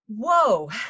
whoa